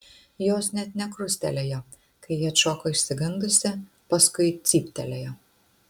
jos net nekrustelėjo kai ji atšoko išsigandusi paskui cyptelėjo